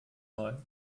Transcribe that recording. mal